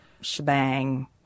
shebang